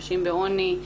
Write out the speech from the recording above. נשים בעוני,